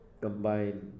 combine